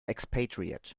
expatriate